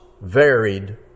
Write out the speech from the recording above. varied